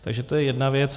Takže to je jedna věc.